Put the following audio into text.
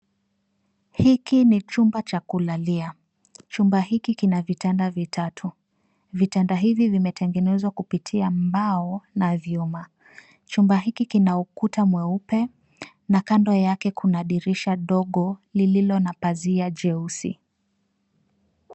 Hiki ni chumba cha kulalia, chumba hiki kina vitanda vitatu. Vitanda hivi vimetengenezwa kupitia mbao na vyuma. Chumba hiki kina ukuta mweupe na kando yake kuna dirisha ndogo lililo na pazia jeusi.